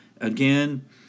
again